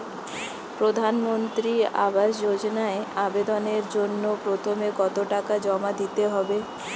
প্রধানমন্ত্রী আবাস যোজনায় আবেদনের জন্য প্রথমে কত টাকা জমা দিতে হবে?